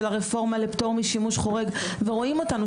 של הרפורמה לפטור משימוש חורג ורואים אותנו